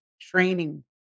training